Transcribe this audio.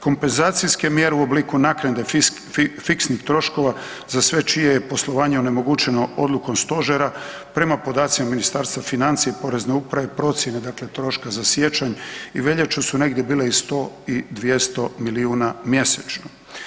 Kompenzacijske mjere u obliku naknade fiksnih troškova za sve čije je poslovanje onemogućeno odlukom stožera prema podacima Ministarstva financija i Porezne uprave procjene dakle troška za siječanj i veljaču su negdje bile i 100 i 200 milijuna mjesečno.